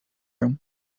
room